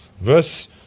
verse